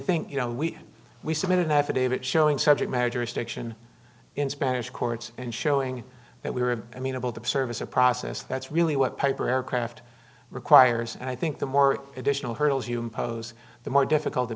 think you know we we submitted an affidavit showing subject matter restriction in spanish courts and showing that we were i mean about the service a process that's really what piper aircraft requires and i think the more additional hurdles hume pose the more difficult it